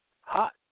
hot